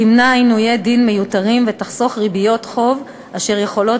ימנע עינויי דין מיותרים ויחסוך ריביות חוב אשר יכולות